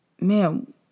man